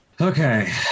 okay